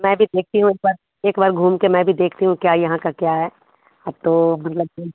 मैं भी देखती हूँ इस बार एक बार घूमके मैं भी देखती हूँ क्या यहाँ का क्या है अब तो मतलब कि